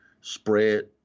spread